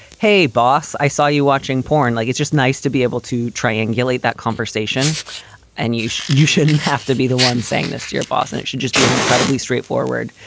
hey, boss, i saw you watching porn. like, it's just nice to be able to triangulate that conversation and you. you shouldn't have to be the one saying this to your boss. and it should just be an incredibly straightforward.